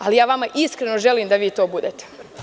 Ali, ja vama iskreno želim da vi to budete.